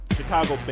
Chicago